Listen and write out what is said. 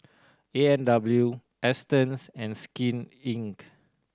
A and W Astons and Skin Inc